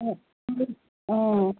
অ'